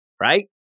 right